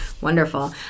Wonderful